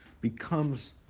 becomes